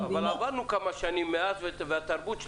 כן אבל עברנו כמה שנים מאז והתרבות של